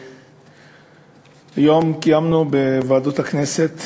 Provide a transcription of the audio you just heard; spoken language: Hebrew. היום קיימנו בוועדות הכנסת